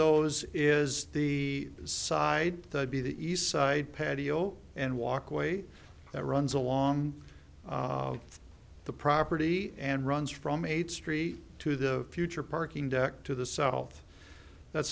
those is the side that be the east side patio and walkway that runs along the property and runs from eighth street to the future parking deck to the south that